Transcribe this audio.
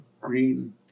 Green